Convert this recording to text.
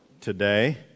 today